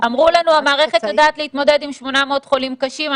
אמרו לנו - המערכת יודעת להתמודד עם 800 חולים קשים,